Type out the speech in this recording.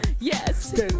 Yes